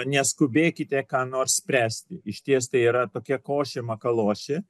neskubėkite ką nors spręsti išties tai yra tokia košė makalošė